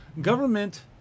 government